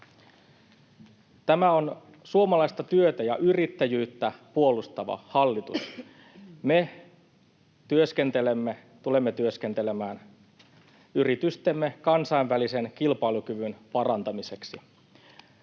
Tämä on suomalaista työtä ja yrittäjyyttä puolustava hallitus. Me tulemme työskentelemään yritystemme kansainvälisen kilpailukyvyn parantamiseksi.